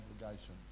obligation